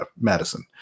Madison